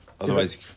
Otherwise